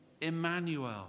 Emmanuel